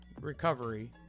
Recovery